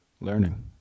learning